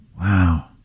Wow